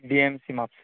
DMC Mapusa